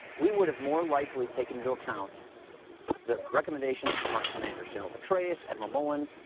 we would have more likely taken into account the recommendations from our commanders, general petraeus, admiral mullen,